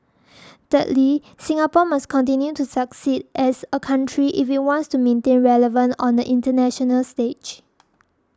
thirdly Singapore must continue to succeed as a country if it wants to remain relevant on the international stage